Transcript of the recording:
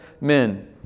men